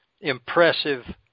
Impressive